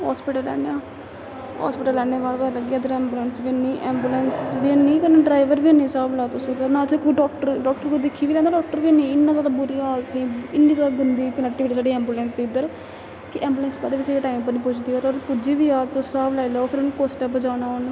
hospital लेआनेआं hospital लेआनने दे बाद पता लग्गेआ इद्धर ऐंबुलेंस बी हैनी ऐंबुलेंस बी कन्नै ड्राइवर बी हैनी स्हाब लाओ तुस नां कोई डाक्टर डाक्टर दिक्खी बी लैंदा डाक्टर बी इन्ना जादा बुरी हालत इन्नी जादा गंदी कैक्टिविटी साढ़ी ऐंबुलेंस दी इद्धर ऐंबुलेंस कि ऐंबुलेंस कदें टाइम उप्पर निं पुजदी ते पुज्जी जा तुस स्हाब लैओ फिर कुसलै पजाना उन्नै